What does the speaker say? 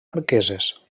marqueses